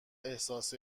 احساس